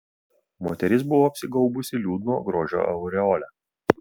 moteris buvo apsigaubusi liūdno grožio aureole